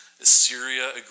Assyria